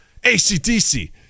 ACDC